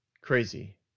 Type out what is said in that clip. Crazy